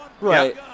Right